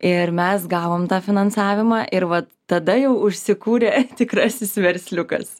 ir mes gavom tą finansavimą ir vat tada jau užsikūrė tikrasis versliukas